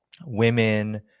women